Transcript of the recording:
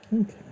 okay